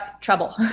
trouble